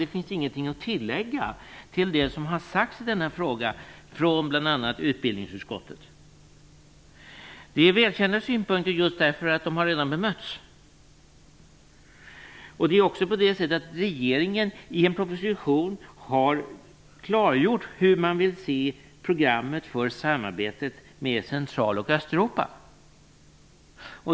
Det finns ingenting att tillägga till det som har sagts i denna fråga från bl.a. utbildningsutskottet. Det är välkända synpunkter just därför att de redan har bemötts. I en propositionen har regeringen också klargjort hur den vill se programmet för samarbetet med Central och Östeuropa.